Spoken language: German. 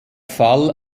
fall